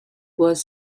was